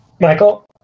Michael